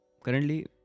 currently